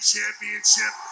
Championship